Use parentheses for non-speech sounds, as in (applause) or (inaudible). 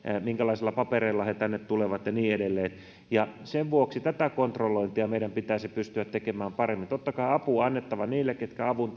minkälaisilla papereilla he tänne tulevat ja niin edelleen sen vuoksi tätä kontrollointia meidän pitäisi pystyä tekemään paremmin totta kai apu on annettava niille ketkä avun (unintelligible)